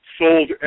sold